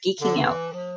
geekingout